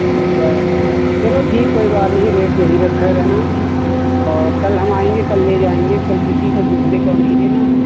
अच्छा चलो ठीक कोई बात नहीं रेट यही रखे रहना और कल हम आएंगे कल ले जाएंगे कल किसी को दूसरे को नहीं देना है